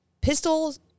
Pistols